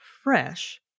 fresh